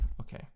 okay